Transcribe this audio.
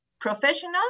professional